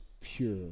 pure